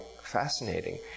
fascinating